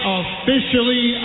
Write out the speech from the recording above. officially